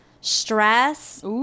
stress